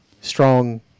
Strong